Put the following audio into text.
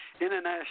International